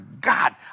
God